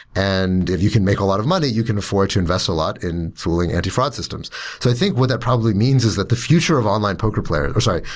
and if you can make a lot of money, you can afford to invest a lot fooling anti fraud systems i think what that probably means is that the future of online poker player sorry.